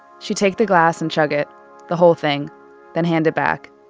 she'd take the glass and chug it the whole thing then hand it back.